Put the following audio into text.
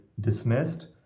dismissed